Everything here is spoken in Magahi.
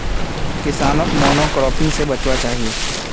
किसानोक मोनोक्रॉपिंग से बचवार चाही